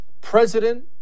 president